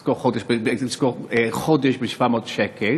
לסגור חודש ב-700 שקל.